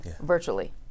virtually